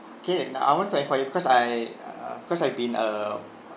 K and I want to enquire because I uh because I've been a